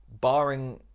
Barring